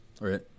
right